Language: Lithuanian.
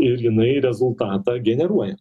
ir jinai rezultatą generuoja